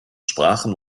sprachen